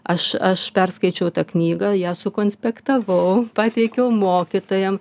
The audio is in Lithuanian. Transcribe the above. aš aš perskaičiau tą knygą ją sukonspektavau pateikiau mokytojam